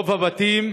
רוב הבתים